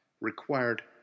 required